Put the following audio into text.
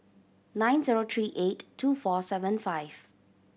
nine zero three eight two four seven five